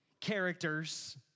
characters